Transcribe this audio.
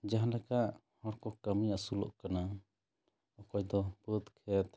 ᱡᱟᱦᱟᱸ ᱞᱮᱠᱟ ᱦᱚᱲ ᱠᱚ ᱠᱟᱹᱢᱤ ᱟᱹᱥᱩᱞᱚᱜ ᱠᱟᱱᱟ ᱦᱳᱭᱛᱳ ᱵᱟᱹᱫᱽ ᱠᱷᱮᱛ